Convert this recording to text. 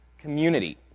community